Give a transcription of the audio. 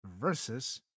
versus